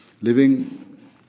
living